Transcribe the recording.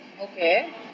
Okay